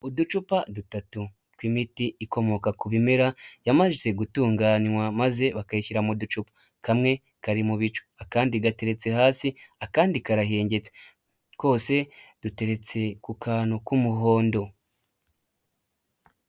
Uducupa dutatu tw'imiti ikomoka ku bimera yamaze gutunganywa maze bakiyishyira mu ducupa, kamwe kari mu bicu akandi gateretse hasi, akandi karahengetse twose duteretse ku kantu k'umuhondo.